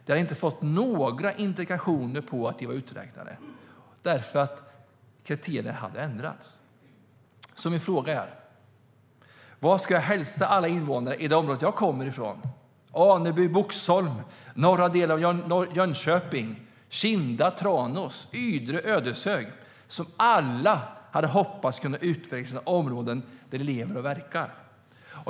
De hade inte fått några indikationer på att de var uträknade eftersom kriterierna hade ändrats. Min fråga är: Vad ska jag hälsa alla invånare i området jag kommer från, alla i Aneby, Boxholm, norra delen av Jönköping, Kinda, Tranås, Ydre och Ödeshög, som alla hade hoppats kunna utveckla sina områden där de lever och verkar?